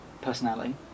Personality